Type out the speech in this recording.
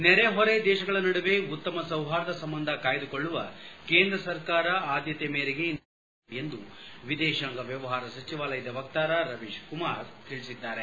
ನೆರೆಹೊರೆ ದೇಶಗಳ ನಡುವೆ ಉತ್ತಮ ಸೌಹಾರ್ದ ಸಂಬಂಧ ಕಾಯ್ದುಕೊಳ್ಳುವ ಕೇಂದ್ರ ಸರ್ಕಾರದ ಆದ್ಲತೆಯ ಮೇರೆಗೆ ಈ ನಿರ್ಧಾರವನ್ನು ಕೈಗೊಳ್ಳಲಾಗಿದೆ ಎಂದು ವಿದೇಶಾಂಗ ವ್ಯವಹಾರ ಸಚಿವಾಲಯದ ವಕ್ತಾರ ರವೀಶ್ ಕುಮಾರ್ ತಿಳಿಸಿದ್ದಾರೆ